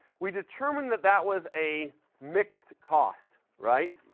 we determined that that was a mixed cost, right?